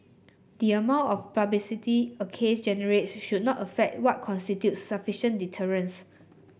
the amount of publicity a case generates should not affect what constitutes sufficient deterrence